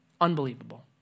unbelievable